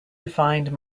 defined